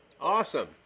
Awesome